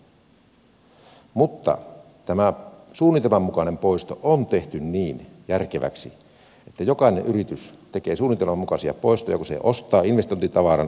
mutta tämä suunnitelman mukainen poisto on tehty niin järkeväksi että jokainen yritys tekee suunnitelman mukaisia poistoja kun se ostaa investointitavaran hyödykkeen